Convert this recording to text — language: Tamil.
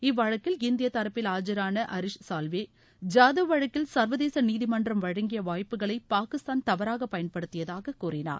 இவ்வழக்கில் இந்திய தரப்பில் ஆஜரான ஹிஷ் சால்வே ஜாதவ் வழக்கில் சா்வதேச நீதிமன்றம் வழங்கிய வாய்ப்புகளை பாகிஸ்தான் தவறாக பயன்படுத்தியதாக கூறினார்